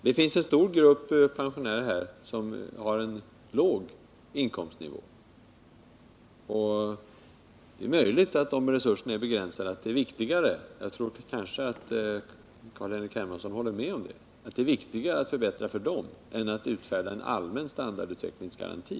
Det finns en stor grupp pensionärer som har en låg inkomstnivå, och det är möjligt att om resurserna är begränsade, så är det viktigare — Carl-Henrik Hermansson kanske håller med om det — att förbättra för dem än att utfärda en allmän standardutvecklingsgaranti.